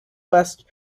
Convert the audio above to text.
west